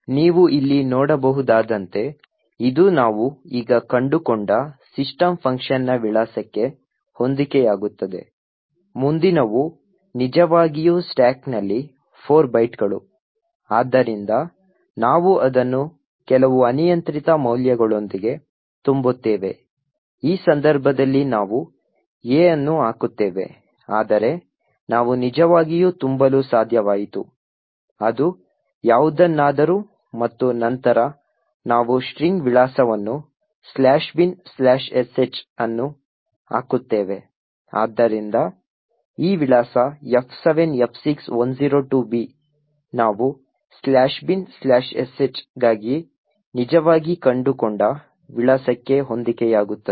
ನೀವು ಇಲ್ಲಿ ನೋಡಬಹುದಾದಂತೆ ಇದು ನಾವು ಈಗ ಕಂಡುಕೊಂಡ ಸಿಸ್ಟಮ್ ಫಂಕ್ಷನ್ನ ವಿಳಾಸಕ್ಕೆ ಹೊಂದಿಕೆಯಾಗುತ್ತದೆ ಮುಂದಿನವು ನಿಜವಾಗಿಯೂ ಸ್ಟಾಕ್ನಲ್ಲಿ 4 ಬೈಟ್ಗಳು ಆದ್ದರಿಂದ ನಾವು ಅದನ್ನು ಕೆಲವು ಅನಿಯಂತ್ರಿತ ಮೌಲ್ಯಗಳೊಂದಿಗೆ ತುಂಬುತ್ತೇವೆ ಈ ಸಂದರ್ಭದಲ್ಲಿ ನಾವು A ಅನ್ನು ಹಾಕುತ್ತೇವೆ ಆದರೆ ನಾವು ನಿಜವಾಗಿಯೂ ತುಂಬಲು ಸಾಧ್ಯವಾಯಿತು ಅದು ಯಾವುದನ್ನಾದರೂ ಮತ್ತು ನಂತರ ನಾವು ಸ್ಟ್ರಿಂಗ್ ವಿಳಾಸವನ್ನು binsh ಅನ್ನು ಹಾಕುತ್ತೇವೆ ಆದ್ದರಿಂದ ಈ ವಿಳಾಸ F7F6102B ನಾವು binsh ಗಾಗಿ ನಿಜವಾಗಿ ಕಂಡುಕೊಂಡ ವಿಳಾಸಕ್ಕೆ ಹೊಂದಿಕೆಯಾಗುತ್ತದೆ